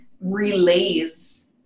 relays